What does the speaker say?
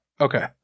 Okay